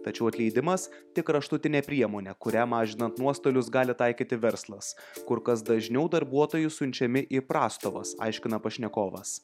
tačiau atleidimas tik kraštutinė priemonė kuria mažinant nuostolius gali taikyti verslas kur kas dažniau darbuotojai siunčiami į prastovas aiškina pašnekovas